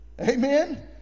Amen